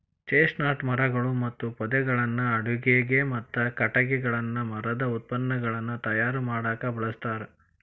chestnut ಮರಗಳು ಮತ್ತು ಪೊದೆಗಳನ್ನ ಅಡುಗಿಗೆ, ಮತ್ತ ಕಟಗಿಗಳನ್ನ ಮರದ ಉತ್ಪನ್ನಗಳನ್ನ ತಯಾರ್ ಮಾಡಾಕ ಬಳಸ್ತಾರ